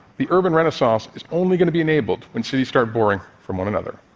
the urban renaissance is only going to be enabled when cities start borrowing from one another.